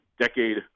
decade